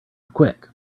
quick